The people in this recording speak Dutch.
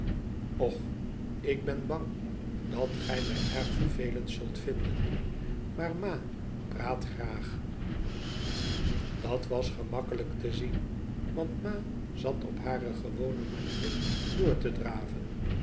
och ik ben bang dat gij mij erg vervelend zult vmden maar mapraat graag dat was gemakkelijk te zien want ma zat op hare gewone manier door te draven